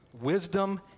wisdom